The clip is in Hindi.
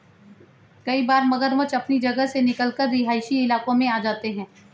कई बार मगरमच्छ अपनी जगह से निकलकर रिहायशी इलाकों में आ जाते हैं